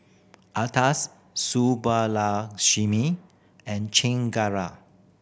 Atal Subbulakshmi and Chengara